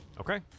Okay